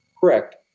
Correct